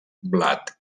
blat